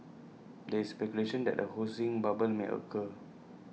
there is speculation that A housing bubble may occur